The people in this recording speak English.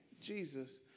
Jesus